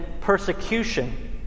persecution